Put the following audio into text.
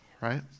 right